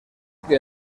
que